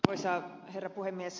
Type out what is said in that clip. arvoisa herra puhemies